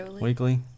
weekly